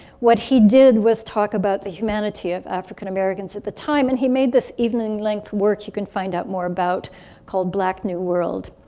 what he did was talk about the humanity of african americans at the time. and he made this evening length work you can find out more about called black new world.